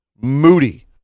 moody